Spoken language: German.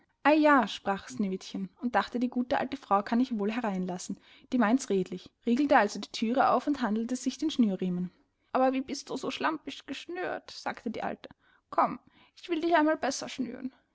ja sprach sneewittchen und dachte die gute alte frau kann ich wohl hereinlassen die meints redlich riegelte also die thüre auf und handelte sich den schnürriemen aber wie bist du so schlampisch geschnürt sagte die alte komm ich will dich einmal besser schnüren